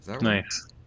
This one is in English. Nice